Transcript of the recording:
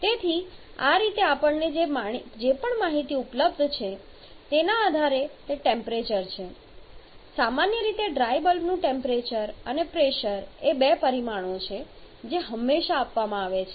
તેથી આ રીતે આપણને જે પણ માહિતી ઉપલબ્ધ છે તેના આધારે તે ટેમ્પરેચર છે સામાન્ય રીતે ડ્રાય બલ્બનું ટેમ્પરેચર અને પ્રેશર એ બે પરિમાણો છે જે હંમેશા આપવામાં આવે છે